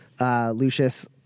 Lucius